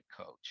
coach